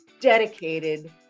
dedicated